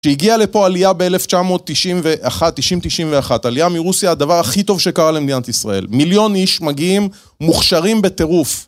שהגיעה לפה עלייה ב-1990-91. עלייה מרוסיה, הדבר הכי טוב שקרה למדינת ישראל. מיליון איש מגיעים, מוכשרים בטירוף.